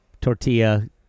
tortilla